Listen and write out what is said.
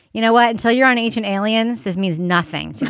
you know what? until you're on ancient aliens, this means nothing so